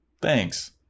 thanks